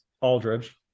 Aldridge